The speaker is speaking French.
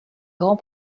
grand